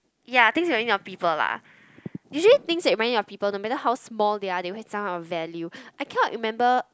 ya things remind me of people lah usually things that remind me of people no matter how small they are they will have something of value I cannot remember